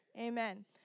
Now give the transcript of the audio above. Amen